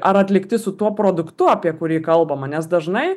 ar atlikti su tuo produktu apie kurį kalbama nes dažnai